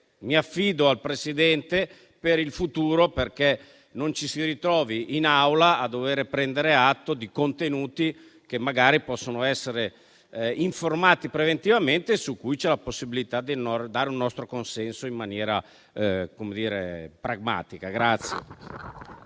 Mi affido al Presidente, per il futuro, perché non ci si ritrovi in Aula a dover prendere atto di contenuti che magari possono essere comunicati preventivamente e su cui c'è la possibilità di dare un nostro consenso in maniera pragmatica.